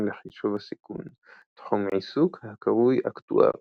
לחישוב הסיכון – תחום עיסוק הקרוי אקטואריה.